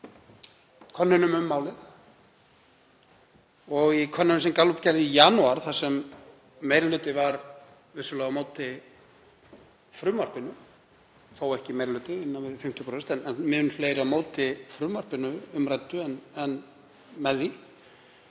könnunum um málið og í könnun sem Gallup gerði í janúar, þar sem meiri hluti var vissulega á móti frumvarpinu, þó ekki meiri hluti, innan við 50%, en mun fleiri á móti umræddu frumvarpi en með því,